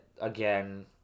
Again